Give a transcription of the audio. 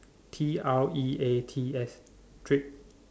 T R E a T S treats